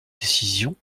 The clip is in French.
décision